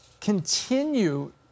continue